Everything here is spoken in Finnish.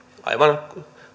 aivan